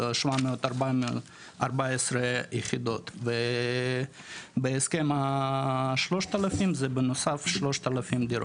714 יחידות ובהסכם ה-3,000 זה בנוסף 3,000 דירות.